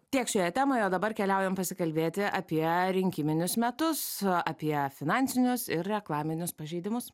tiek šioje temoje o dabar keliaujam pasikalbėti apie rinkiminius metus apie finansinius ir reklaminius pažeidimus